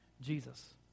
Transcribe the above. Jesus